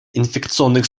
инфекционных